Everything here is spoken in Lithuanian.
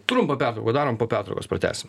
trumpą pertrauką darom po pertraukos pratęsim